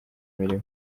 mirimo